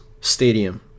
Stadium